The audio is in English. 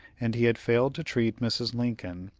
and he had failed to treat mrs. lincoln,